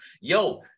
Yo